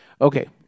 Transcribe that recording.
Okay